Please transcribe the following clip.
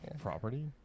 property